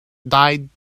died